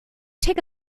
take